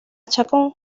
chacón